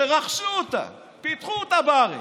שרכשו אותה, פיתחו אותה בארץ,